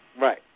Right